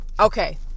okay